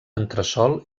entresòl